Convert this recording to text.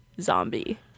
Zombie